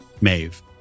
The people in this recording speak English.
Maeve